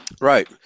Right